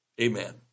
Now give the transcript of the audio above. Amen